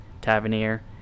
Tavernier